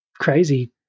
crazy